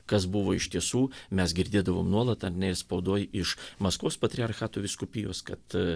kas buvo iš tiesų mes girdėdavom nuolat ar ne ir spaudoj iš maskvos patriarchatų vyskupijos kad